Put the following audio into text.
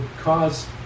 cause